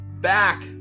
back